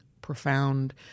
profound